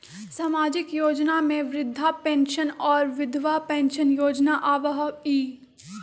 सामाजिक योजना में वृद्धा पेंसन और विधवा पेंसन योजना आबह ई?